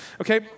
Okay